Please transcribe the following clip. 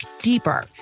deeper